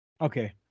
Okay